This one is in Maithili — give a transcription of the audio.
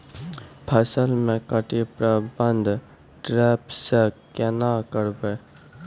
फसल म कीट प्रबंधन ट्रेप से केना करबै?